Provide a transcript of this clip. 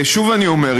שוב אני אומר,